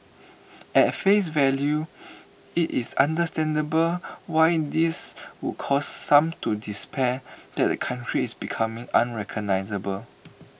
at face value IT is understandable why this would cause some to despair that the country is becoming unrecognisable